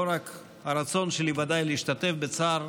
זה לא רק הרצון שלי, ודאי, להשתתף בצער